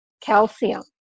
calcium